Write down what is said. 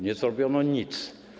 Nie zrobiono nic.